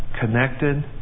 connected